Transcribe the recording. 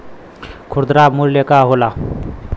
खुदरा मूल्य का होला?